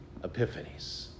epiphanies